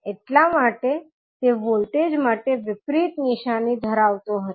એટલા માટે તે વોલ્ટેજ માટે વિપરીત નિશાની ધરાવતો હતો